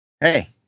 Hey